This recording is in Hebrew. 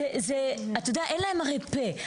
אתה יודע, אין להן הרי פה.